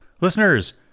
Listeners